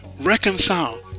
Reconcile